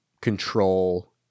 control